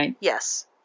Yes